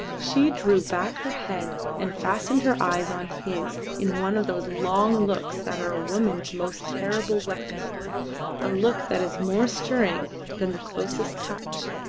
she drew back her head and fastened her eyes on his in one of those long looks that are a woman's most terrible weapon a look that is more stirring than the closest touch,